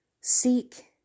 Seek